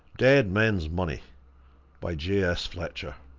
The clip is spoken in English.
dead men's money by j s. fletcher